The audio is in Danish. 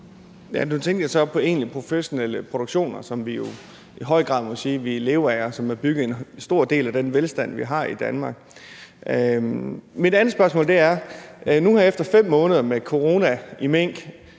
Nu tænkte jeg så på egentlige professionelle produktioner, som vi jo i høj grad må sige vi lever af, og som har bygget en stor del af den velstand, vi har i Danmark. Jeg har et andet spørgsmål. Nu efter 5 måneder med corona i mink